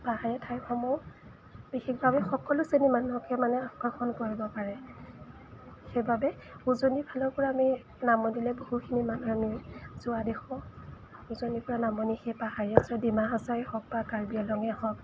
পাহাৰীয়া ঠাইসমূহ বিশেষভাৱে সকলো শ্ৰেণীৰ মানুহকে মানে আকৰ্ষণ কৰিব পাৰে সেইবাবে উজনিৰ ফালৰপৰা আমি নামনিলৈ বহুখিনি মানুহ আমি যোৱা দেখোঁ উজনিৰপৰা নামনি সেই পাহাৰীয়া আছে ডিমা হাচাওৱে হওক বা কাৰ্বি আংলঙেই হওক